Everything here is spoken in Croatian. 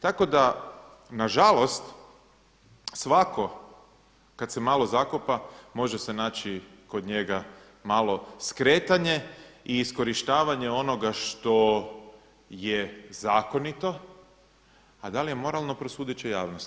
Tako da nažalost, svako kada se malo zakopa može se naći kod njega malo skretanje i iskorištavanje onoga što je zakonito, ali da li je normalno prosudit će javnost.